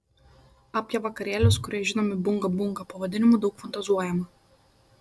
apie vakarėlius kurie žinomi bunga bunga pavadinimu daug fantazuojama